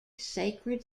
sacred